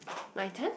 my turn